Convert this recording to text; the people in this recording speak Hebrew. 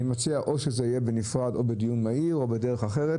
אני מציע או שזה יהיה בנפרד או בדיון מהיר או בדרך אחרת,